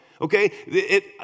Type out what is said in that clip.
okay